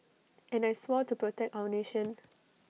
and I swore to protect our nation